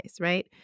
right